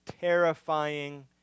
terrifying